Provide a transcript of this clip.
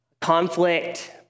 conflict